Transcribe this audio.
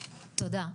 תודה.